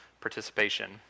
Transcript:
participation